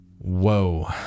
Whoa